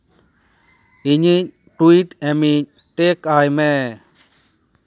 ᱤᱧᱤᱡ ᱴᱩᱭᱤᱴ ᱮᱢᱤᱡ ᱴᱮᱠ ᱟᱭᱢᱮ